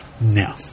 No